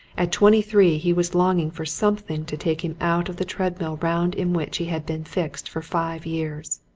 at twenty-three he was longing for something to take him out of the treadmill round in which he had been fixed for five years.